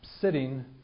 sitting